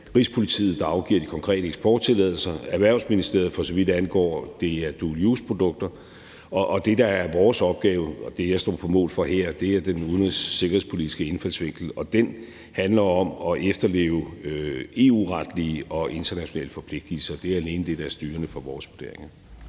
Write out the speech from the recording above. Rigspolitiet, der afgiver de konkrete eksporttilladelser, og Erhvervsministeriet, for så vidt angår de her dual use-produkter. Og det, der er vores opgave, og det, som jeg står på mål for her, er i forhold til den udenrigs- og sikkerhedspolitiske indfaldsvinkel, og den handler om at efterleve de EU-retlige og internationale forpligtigelser; det er alene det, der er styrende for vores vurdering.